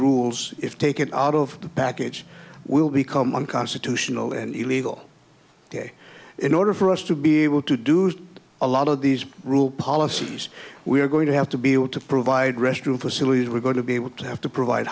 rules if take it out of the package will become unconstitutional and illegal day in order for us to be able to do a lot of these rule policies we're going to have to be able to provide restroom facilities we're going to be able to have to provide